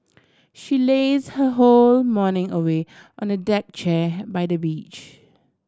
she laze her whole morning away on a deck chair by the beach